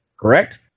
Correct